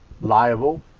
liable